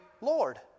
Lord